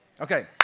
Okay